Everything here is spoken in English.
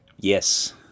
Yes